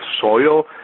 soil